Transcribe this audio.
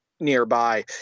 nearby